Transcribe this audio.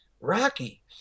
Rocky